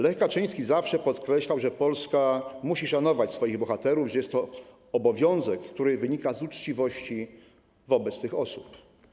Lech Kaczyński zawsze podkreślał, że Polska musi szanować swoich bohaterów, że jest to obowiązek, który wynika z uczciwości wobec tych osób.